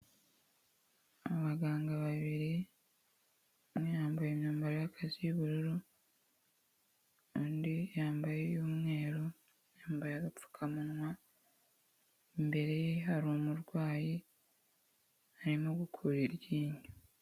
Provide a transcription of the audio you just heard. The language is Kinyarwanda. Abaganga babiri umwe yambaye imyambaro y'akazi y'ubururu, undi yambaye iy'umweru, yambaye agapfukamunwa, imbere ye hari umurwayi, arimo gukura iryinyo.